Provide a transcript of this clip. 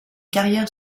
carrière